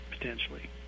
potentially